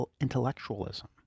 intellectualism